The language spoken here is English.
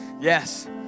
Yes